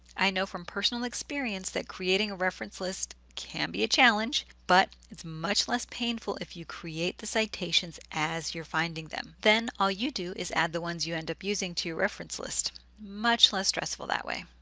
i know from personal experience that creating a reference list can be a challenge but it's much less painful if you create the citations as your finding them. then all you do is add the ones you end up using to your reference list much less stressful that way!